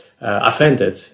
offended